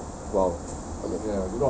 oh !wow!